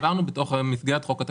העברנו במסגרת חוק התקציב.